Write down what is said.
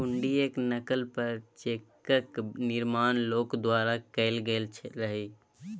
हुंडीयेक नकल पर चेकक निर्माण लोक द्वारा कैल गेल रहय